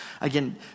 again